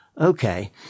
Okay